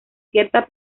cierta